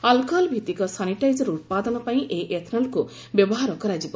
alcohol ଭିଭିକ sanitiser ଉତ୍ପାଦନ ପାଇଁ ଏହି ଏଥନାଲକୁ ବ୍ୟବହାର କରାଯିବ